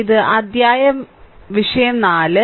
ഇത് അധ്യായം വിഷയം 4